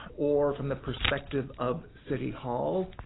or from the perspective of city hall,